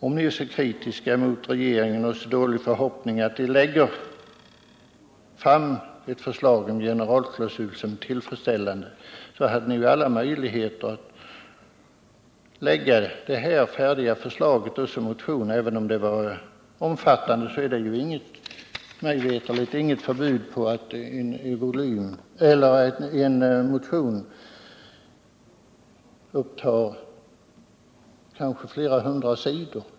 Om ni är så kritiska mot regeringen och har så dåliga förhoppningar om att den skall lägga fram ett förslag om en generalklausul, har ni ju alla möjligheter att framlägga ert förslag i form av en motion. Det finns inget förbud mot att en motion upptar flera hundra sidor.